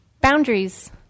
Boundaries